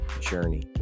journey